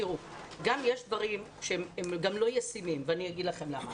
יש דברים שהם גם לא ישימים ואני אומר לכם למה.